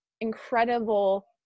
incredible